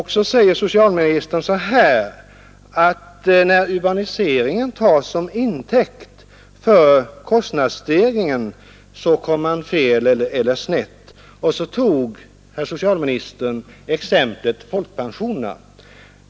Han sade att när urbaniseringen tas som intäkt för kostnadsstegringar kommer man snett, och så tog herr socialministern exemplet folkpensionerna.